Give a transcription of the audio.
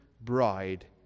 bride